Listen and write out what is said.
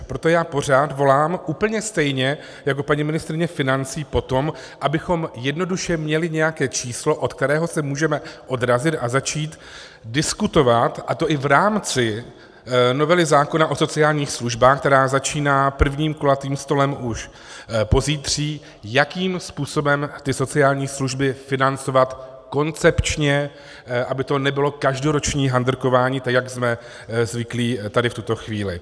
Proto já pořád volám úplně stejně jako paní ministryně financí po tom, abychom jednoduše měli nějaké číslo, od kterého se můžeme odrazit a začít diskutovat, a to i v rámci novely zákona o sociálních službách, která začíná prvním kulatým stolem už pozítří, jakým způsobem ty sociální služby financovat koncepčně, aby to nebylo každoroční handrkování, jak jsme zvyklí tady v tuto chvíli.